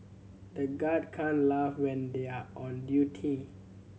the guard can't laugh when they are on duty